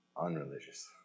unreligious